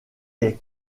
est